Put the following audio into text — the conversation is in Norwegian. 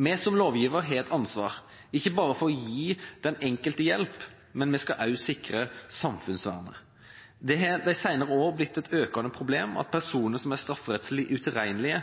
Vi som lovgiver har et ansvar, ikke bare for å gi den enkelte hjelp, men vi skal også sikre samfunnsvernet. Det har de senere år blitt et økende problem at personer som er strafferettslig utilregnelige,